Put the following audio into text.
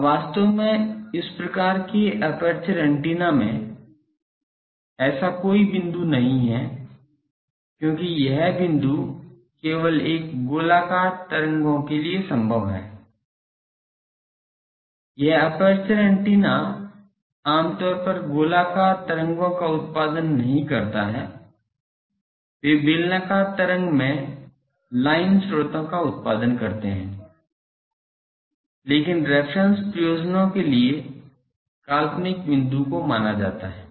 अब वास्तव में इस प्रकार के एपर्चर एंटेना में ऐसा कोई बिंदु नहीं है क्योंकि यह बिंदु केवल एक गोलाकार तरंगों के लिए संभव है यह एपर्चर एंटेना आम तौर पर गोलाकार तरंगों का उत्पादन नहीं करता है वे बेलनाकार तरंग में लाइन स्रोतों का उत्पादन करते हैं लेकिन रेफ़्रेन्स प्रयोजनों के लिए काल्पनिक बिंदु को माना जाता है